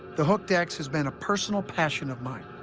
the hooked x has been a personal passion of mine.